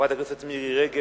חברת הכנסת מירי רגב,